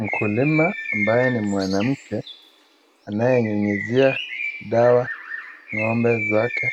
Mkulima mabye ni mwanamke anayenyunyizia dawa ng'ombe zake